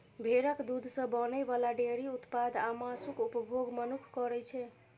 भेड़क दूध सं बनै बला डेयरी उत्पाद आ मासुक उपभोग मनुक्ख करै छै